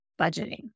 budgeting